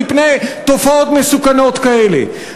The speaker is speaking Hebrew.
מפני תופעות מסוכנות כאלה.